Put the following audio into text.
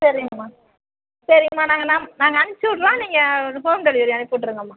சரிங்கம்மா சரிங்கம்மா நாங்கள் நான் நாங்கள் அனுப்பிச்சுட்றோம் நீங்கள் ஒரு ஹோம் டெலிவெரி அனுப்பிவிட்ருங்கம்மா